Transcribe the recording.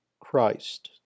Christ